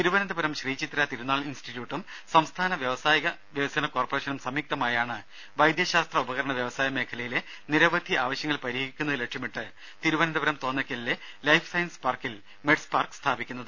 തിരുവനന്തപുരം ശ്രീചിത്തിര തിരുനാൾ ഇൻസ്റ്റിറ്റ്യൂട്ടൂം സംസ്ഥാന വ്യാവസായിക വികസന കോർപ്പറേഷനും സംയുക്തമായാണ് വൈദ്യ ശാസ്ത്ര ഉപകരണ വ്യവസായ മേഖലയിലെ നിരവധി ആവശ്യങ്ങൾ പരിഹരിക്കുന്നത് ലക്ഷ്യമിട്ട് തിരുവനന്തപുരം തോന്നയ്ക്കലിലെ ലൈഫ് സയൻസ് പാർക്കിൽ മെഡ്സ് പാർക്ക് സ്ഥാപിക്കുന്നത്